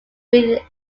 reed